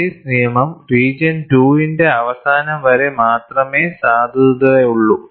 Paris നിയമം region 2 ന്റെ അവസാനം വരെ മാത്രമേ സാധുതയുള്ളൂ